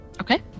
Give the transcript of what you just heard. okay